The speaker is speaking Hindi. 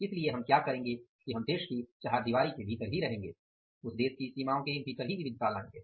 इसलिए हम क्या करेंगे कि हम देश की चहांरदीवारी के भीतर ही रहेंगे और उस देश की सीमा के अन्दर ही विविधता लाएंगे